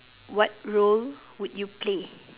what role would you play